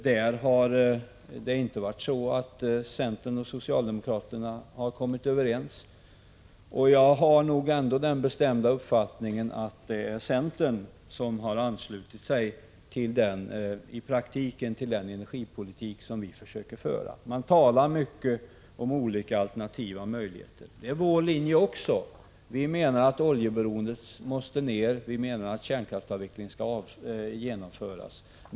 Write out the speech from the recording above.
Därvidlag har det inte varit så att centern och socialdemokraterna har kommit överens. Jag har ändå den bestämda uppfattningen att det är centern som i praktiken har anslutit sig till den energipolitik som vi försöker föra. Centern talar mycket om olika alternativa möjligheter. Det är också vår linje. Vi menar att oljeberoendet måste ner. Vi menar att kärnkraftsavvecklingen skall genomföras.